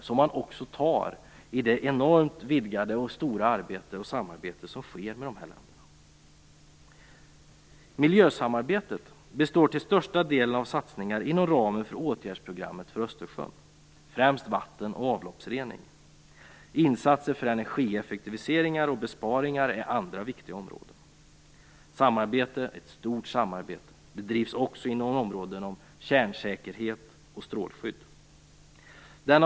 Det tar man också i det stora samarbete som sker med de här länderna. Miljösamarbetet består till största delen av satsningar inom ramen för åtgärdsprogrammet för Östersjön. Det gäller främst vatten och avloppsrening. Insatser för energieffektiviseringar och besparingar är andra viktiga områden. Ett stort samarbete bedrivs också inom områdena kärnsäkerhet och strålskydd.